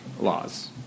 laws